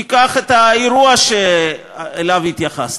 תיקח את האירוע שאליו התייחסת.